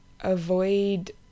avoid